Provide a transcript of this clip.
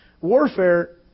Warfare